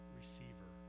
receiver